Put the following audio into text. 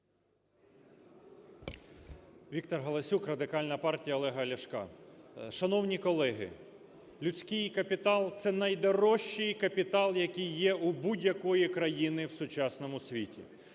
Віктор Галасюк, Радикальна партія Олега Ляшка. Шановні колеги, людський капітал – це найдорожчий капітал, який є у будь-якої країни в сучасному світі.